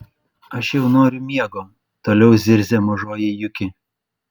aš jau noriu miego toliau zirzė mažoji juki